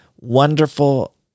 wonderful